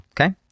Okay